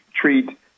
treat